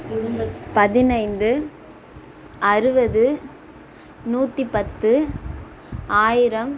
பதினைந்து அறுபது நூற்றிப்பத்து ஆயிரம்